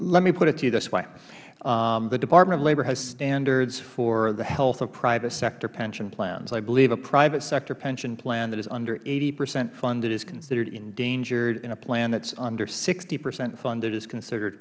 let me put it to you this way the department of labor has standards for the health of private sector pension plans i believe a private sector pension plan that is under eighty percent funded is considered endangered and a plan that is under sixty percent funded is considered